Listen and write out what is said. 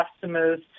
customers